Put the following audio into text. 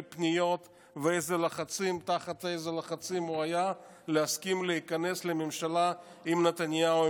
פניות ותחת איזה לחצים הוא היה כדי להסכים להיכנס לממשלה עם נתניהו.